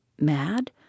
mad